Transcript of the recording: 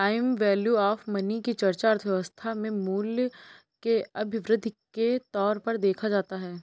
time value of money की चर्चा अर्थव्यवस्था में मूल्य के अभिवृद्धि के तौर पर देखा जाता है